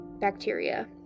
bacteria